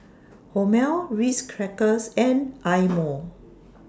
Hormel Ritz Crackers and Eye Mo